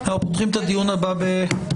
אנחנו פותחים את הדיון הבא ב-13:45.